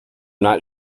not